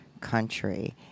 country